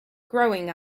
growing